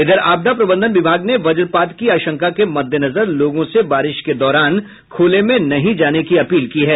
इधर आपदा प्रबंधन विभाग ने वजपात की आशंका के मद्देनजर लोगों से बारिश के दौरान खूले में नहीं जाने की अपील की है